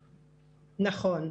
נכון.